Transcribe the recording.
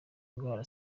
indwara